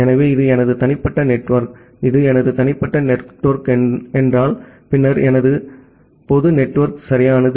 எனவே இது எனது தனிப்பட்ட நெட்வொர்க் இது எனது தனிப்பட்ட நெட்வொர்க் பின்னர் எனது பொது நெட்வொர்க் சரியானது